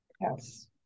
yes